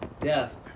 death